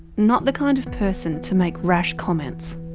not the kind of person to make rash comments.